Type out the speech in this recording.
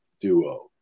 duo